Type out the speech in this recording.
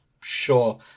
Sure